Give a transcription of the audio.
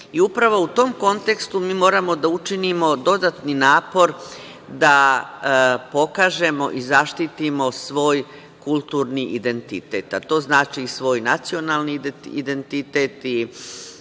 EU.Upravo u tom kontekstu moramo da učinimo dodatni napor da pokažemo i zaštitimo svoj kulturni identitet, a to znači i svoj nacionalni identitet i